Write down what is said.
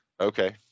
Okay